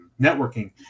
networking